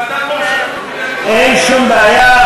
אין שום בעיה,